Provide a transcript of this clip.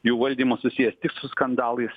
jų valdymas susijęs tik su skandalais